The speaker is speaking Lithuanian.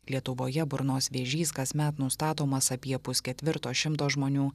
lietuvoje burnos vėžys kasmet nustatomas apie pusketvirto šimto žmonių